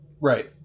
Right